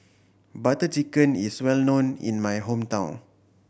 Butter Chicken is well known in my hometown